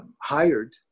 hired